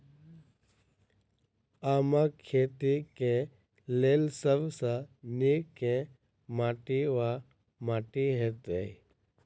आमक खेती केँ लेल सब सऽ नीक केँ माटि वा माटि हेतै?